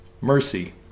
mercy